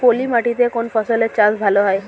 পলি মাটিতে কোন ফসলের চাষ ভালো হয়?